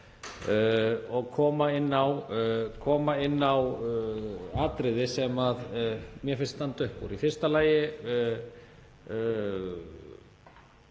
og koma inn á atriði sem mér finnst standa upp úr. Í fyrsta lagi